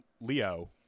Leo